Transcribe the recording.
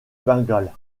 bengale